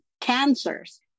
cancers